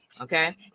okay